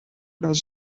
does